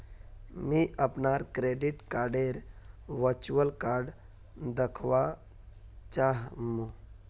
मी अपनार क्रेडिट कार्डडेर वर्चुअल कार्ड दखवा चाह मु